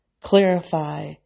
Clarify